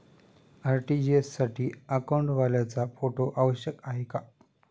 RTGS साठी अकाउंटवाल्याचा photo आवश्यक आहे का?